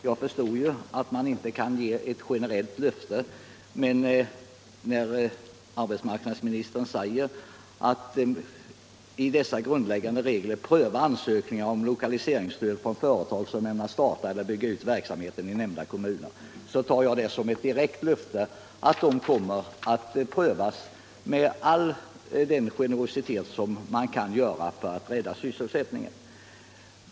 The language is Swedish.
Jag förstod ju att man inte kan ge ett generellt löfte, men jag tar arbetsmarknadsministerns uttalade att regeringen ”kommer att med utgångspunkt i dessa grundläggande regler pröva ansökningar om lokaliseringsstöd från företag som ämnar starta eller bygga ut verksamhet i de nämnda kommunerna” som ett direkt löfte att ansökningarna kommer att prövas med all den generositet som är möjlig för att rädda sysselsättningen.